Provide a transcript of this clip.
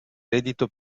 reddito